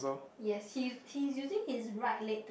yes he's he's using his right leg